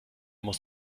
muss